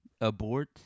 abort